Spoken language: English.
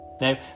Now